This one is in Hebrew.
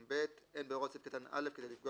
(ב)אין בהוראות סעיף קטן (א) כדי לפגוע